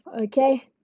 okay